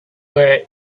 were